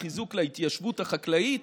וחיזוק להתיישבות החקלאית